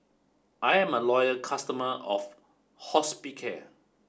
I'm a loyal customer of Hospicare